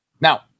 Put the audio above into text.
Now